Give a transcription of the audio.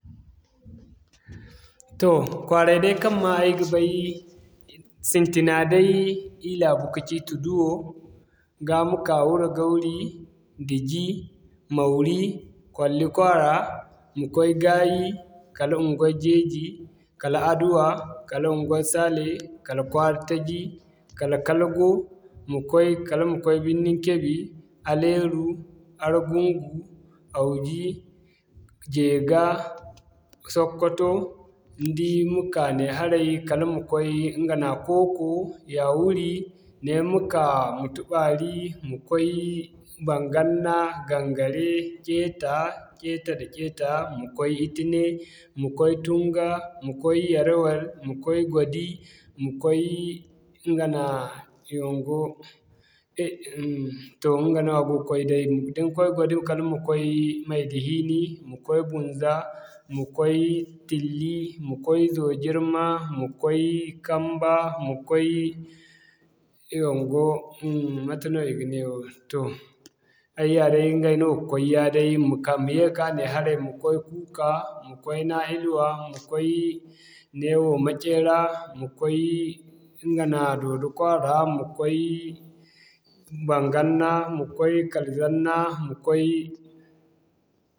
Toh kwaaray day kaŋ ma ay ga bay, i sintina day, ir laabu kaci Tuduwo, ga ma ka Wuragawri, Diji, Mauri, Kwalli-kwaara, Ma koy Gaayi, kala ma koy Geeji, kala Aduwa, kala Unguwaŋ sali, kala Kwaara taji, kala Kalgo, ma koy kala ma koy Birni-kebbi, Aliero, Arguŋgu, Hawji, Jega, Sokoto, ni di ma ka nee haray, ni ma koy ɲga nooya kooko, Yauri, nee ma ka Mutubaari, ma koy Baŋganna, Gangare, Ceta, Ceta-da-ceta, ma koy Tine, ma koy Tuŋga, ma koy Yarewar, ma koy Gwadi, ma koy ɲga nooya yoŋgo toh ɲga nooya go koy day da ni koy Gwadi kala ma koy Mayda-fili, ma koy Bunza, ma koy Tilli, ma koy Zojirma, ma koy Kamba, ma koy yoŋgo mate no i ga ne wo toh ay yaa day ɲgay no ga koy ya ma ka. Ma ye ka'ka ne haray ma koy kuuka, ma koy Naa-ilwa, ma koy neewo Makera, ma koy Ɲga nooya Dodo-kwaara, ma koy Baŋganna, ma koy kala Zanna, ma koy